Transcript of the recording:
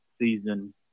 season